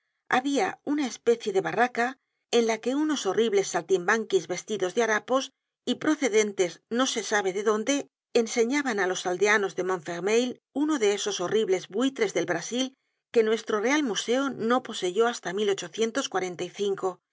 habia una especie de barraca en la que unos horribles saltimbanquis vestidos de harapos y procedentes no se sabe de dónde enseñaban á los aldeanos de montfermeil uno de esos horribles buitres del brasil que nuestro real museo no poseyó hasta